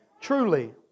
truly